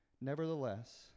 Nevertheless